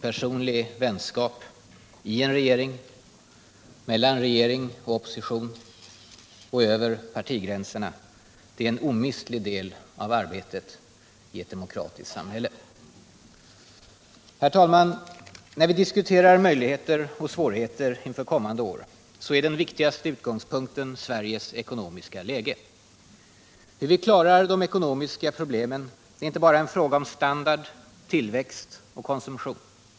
Personlig vänskap i en regering, mellan regering och opposition och över partigränserna är en omistlig del av arbetet i ett demokratiskt samhälle. Herr talman! När vi diskuterar möjligheter och svårigheter inför kommande år är den viktigaste utgångspunkten Sveriges ekonomiska läge. Hur vi klarar de ekonomiska problemen är inte enbart en fråga om standard, tillväxt och konsumtion.